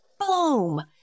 boom